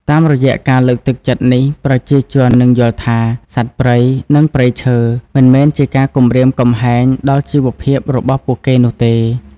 តាមរយៈការលើកទឹកចិត្តនេះ ប្រជាជននឹងយល់ថា សត្វព្រៃ និងព្រៃឈើ មិនមែនជាការគំរាមកំហែងដល់ជីវភាពរបស់ពួកគេនោះទេ